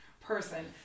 person